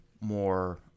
more